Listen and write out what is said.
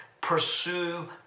pursue